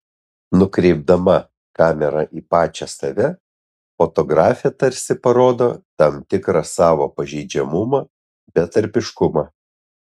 nukreipdama kamerą į pačią save fotografė tarsi parodo tam tikrą savo pažeidžiamumą betarpiškumą